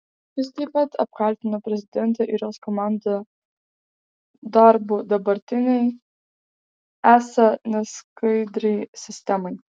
jis taip pat apkaltino prezidentę ir jos komandą darbu dabartinei esą neskaidriai sistemai